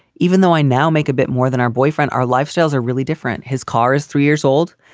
even though i now make a bit more than our boyfriend. our lifestyles are really different. his car is three years old.